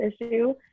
issue